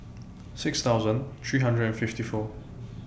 six thousand three hundred and fifty four